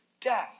Death